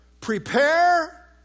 Prepare